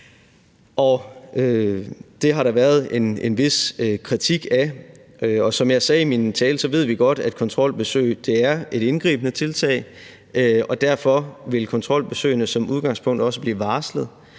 Det har der været en vis kritik af, og som jeg sagde i min tale, ved vi godt, at kontrolbesøg er et indgribende tiltag, og derfor vil kontrolbesøgene som udgangspunkt også blive varslet,